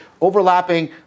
Overlapping